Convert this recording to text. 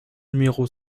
numéro